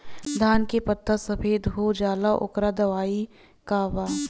धान के पत्ता सफेद हो जाला ओकर दवाई का बा?